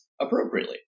appropriately